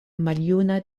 maljuna